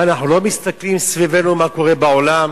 מה, אנחנו לא מסתכלים סביבנו מה קורה בעולם?